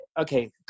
okay